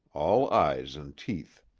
all eyes and teeth.